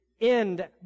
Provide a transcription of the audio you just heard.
end